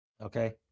Okay